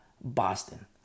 Boston